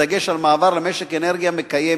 בדגש על מעבר למשק אנרגיה מקיים,